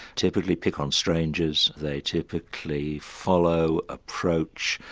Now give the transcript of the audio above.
typically pick on strangers. they typically follow, approach,